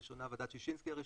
הראשונה ועדת ששינסקי הראשונה,